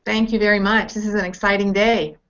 thank you very much. this is an exciting day.